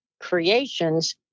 creations